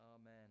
Amen